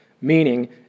meaning